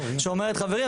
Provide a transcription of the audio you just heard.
שאומרת: חברים,